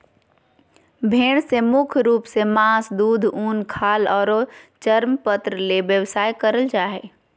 भेड़ से मुख्य रूप से मास, दूध, उन, खाल आरो चर्मपत्र ले व्यवसाय करल जा हई